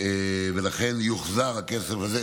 ולכן יוחזר הכסף הזה.